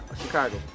Chicago